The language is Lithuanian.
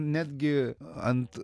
netgi ant